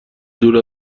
دور